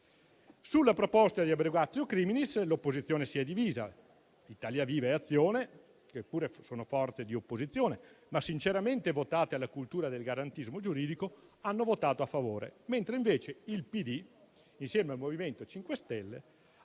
Sulla proposta di *abrogatio criminis*, l'opposizione si è divisa: Italia Viva e Azione, che pure sono forze di opposizione ma sinceramente votate alla cultura del garantismo giuridico, hanno votato a favore; mentre invece il PD e il MoVimento 5 Stelle hanno votato contro.